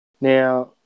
Now